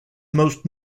most